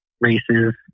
races